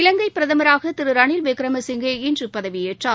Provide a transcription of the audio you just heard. இலங்கைபிரதமராகதிருரனில் Wickremesinghe இன்றுபதவியேற்றார்